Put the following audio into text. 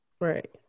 Right